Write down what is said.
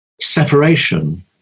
separation